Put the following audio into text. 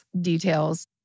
details